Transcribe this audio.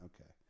Okay